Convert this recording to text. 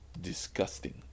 disgusting